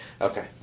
okay